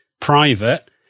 private